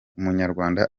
umunyarwanda